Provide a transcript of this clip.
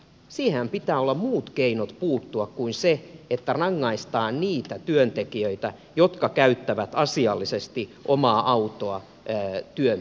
siihenhän pitää olla muut keinot puuttua kuin se että rangaistaan niitä työntekijöitä jotka käyttävät asiallisesti omaa autoa työn tekemiseen